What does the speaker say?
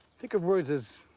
think of words as,